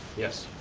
yes.